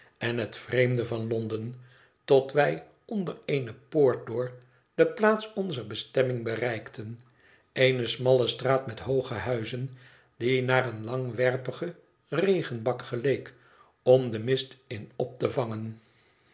en het vreemde van londen tot wij onder eene poort door de plaats onzer bestemming bereikten eene smalle straat met hooge huizen die naar een langwerpigen regenbak geleek om den mist in op te vangen